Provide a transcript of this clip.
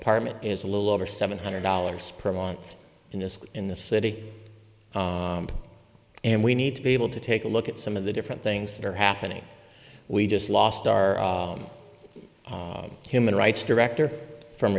apartment is a little over seven hundred dollars per month and just in the city and we need to be able to take a look at some of the different things that are happening we just lost our human rights director from